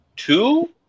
two